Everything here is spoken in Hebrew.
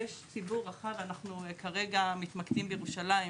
אנחנו כרגע מתמקדים בירושלים,